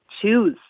Choose